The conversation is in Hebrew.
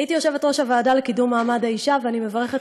הייתי יושבת-ראש הוועדה לקידום מעמד האישה ואני מברכת